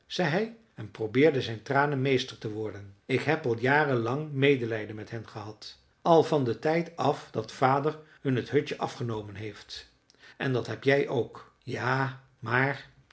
zei hij en probeerde zijn tranen meester te worden ik heb al jaren lang medelijden met hen gehad al van den tijd af dat vader hun het hutje afgenomen heeft en dat heb jij ook ja maar